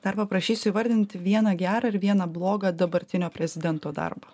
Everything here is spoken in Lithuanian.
dar paprašysiu įvardint vieną gerą ir vieną blogą dabartinio prezidento darbą